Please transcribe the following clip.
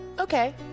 Okay